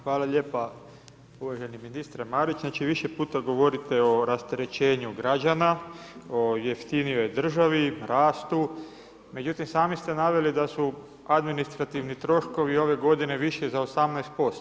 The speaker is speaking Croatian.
Hvala lijepo uvaženi ministre Marić, znači više puta govorite o rasterećenju građana, o jeftinijoj državi, rastu, međutim, sami ste naveli da su administrativni troškovi, ove g. viši za 18%